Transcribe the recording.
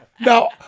Now